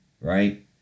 right